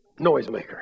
noisemaker